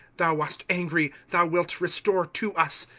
thou wast angry thou wilt restore to us.